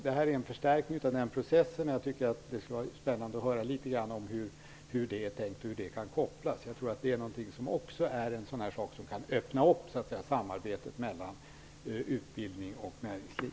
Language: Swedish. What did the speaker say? Det gäller här en förstärkning av den processen, och jag tycker att det skulle vara spännande att höra litet grand om hur en koppling här kan ske. Jag tror att detta är något som kan öppna samarbetet mellan utbildning och näringsliv.